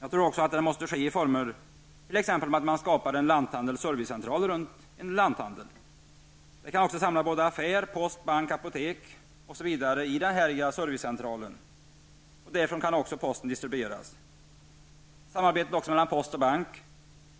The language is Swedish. Jag tror också att det måste ske i sådana former att man t.ex. skapar en servicecentral runt en lanthandel. Man kan samla affär, post, bank, apotek m.fl. i denna servicecentral. Därifrån kan också posten distribueras. Samarbete mellan post och bank